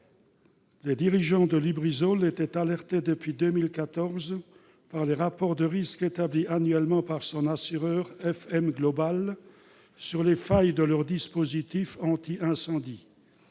les dirigeants de Lubrizol étaient alertés depuis 2014 par les rapports de risques établis annuellement par leur assureur, FM Global, sur les failles de leur dispositif anti-incendie.